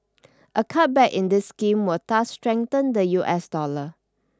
a cutback in this scheme will thus strengthen the U S dollar